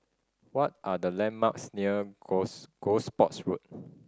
what are the landmarks near Gosport's Road